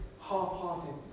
half-hearted